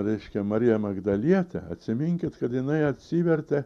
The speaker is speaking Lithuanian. reiškia mariją magdalietę atsiminkit kad jinai atsivertė